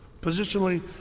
Positionally